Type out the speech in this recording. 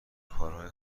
کارهای